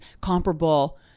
comparable